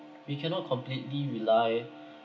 we cannot completely rely